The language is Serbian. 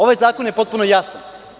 Ovaj zakon je potpuno jasan.